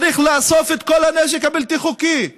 צריך לאסוף את כל הנשק הבלתי-חוקי היום.